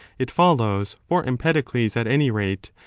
it follows, for empedocles at any rate,